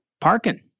parking